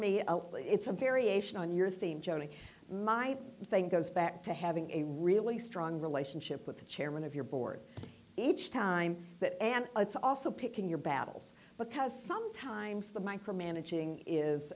me it's a variation on your theme showing my thing goes back to having a really strong relationship with the chairman of your board each time that and it's also picking your battles because sometimes the micromanaging